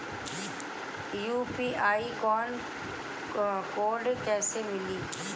UPI code कैसे मिली?